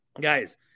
Guys